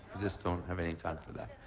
just don't have any time for that.